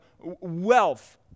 wealth